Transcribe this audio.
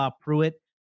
Pruitt